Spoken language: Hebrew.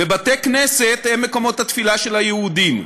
ובתי-כנסת הם מקומות התפילה של היהודים.